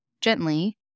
gently